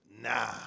Nah